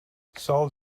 solid